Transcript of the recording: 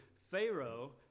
Pharaoh